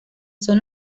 son